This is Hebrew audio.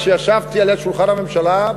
כשישבתי על יד שולחן הממשלה,